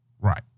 right